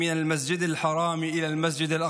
המכובד, כמו שנאמר בקוראן המכובד: